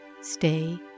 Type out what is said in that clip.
Stay